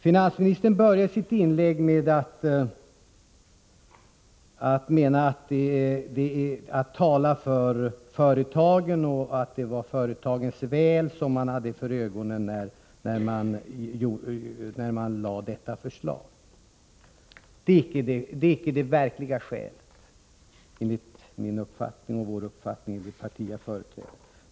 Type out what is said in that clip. Finansministern började sitt inlägg med att säga att man hade företagens väl för ögonen när man lade fram detta förslag. Det är icke det verkliga skälet enligt den uppfattning vi har i det parti jag företräder.